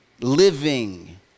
living